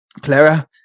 Clara